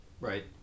Right